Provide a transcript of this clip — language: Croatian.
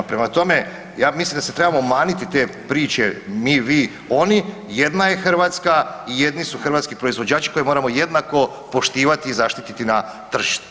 Prema tome, ja mislim da se trebamo maniti te priče „mi, vi, oni“, jedna je Hrvatska i jedni su hrvatski proizvođači koje moramo jednako poštovati i zaštititi na tržištu.